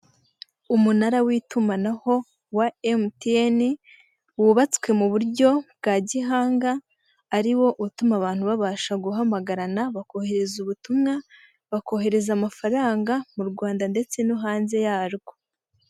Umunara w'itumanaho wa emutiyeni wubatswe mu buryo bwa gihanga ari wo utuma abantu babasha guhamagarana bakohereza ubutumwa, bakohereza amafaranga mu rwanda ndetse no hanze yarwo.